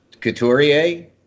Couturier